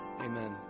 Amen